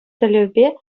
тӗллевпе